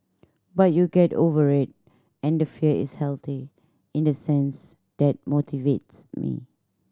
but you get over it and the fear is healthy in the sense that motivates me